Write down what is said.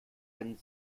einen